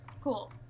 Cool